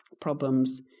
problems